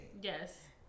Yes